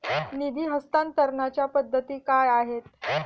निधी हस्तांतरणाच्या पद्धती काय आहेत?